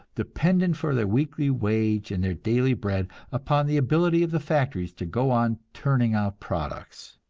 dependent for their weekly wage and their daily bread upon the ability of the factories to go on turning out products!